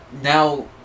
Now